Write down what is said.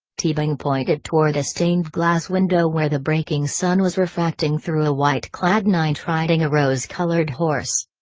teabing pointed toward a stained-glass window where the breaking sun was refracting through a white-clad knight riding a rose-colored horse.